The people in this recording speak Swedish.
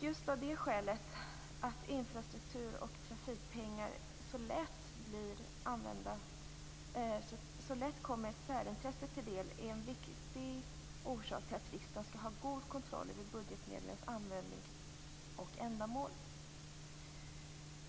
Just detta att infrastruktur och trafikpengar så lätt kommer ett särintresse till del är en viktig orsak till att riksdagen skall ha god kontroll över budgetmedlens användning och ändamål.